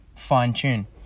fine-tune